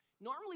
normally